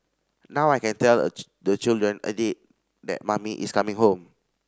now I can tell the children a date that mummy is coming home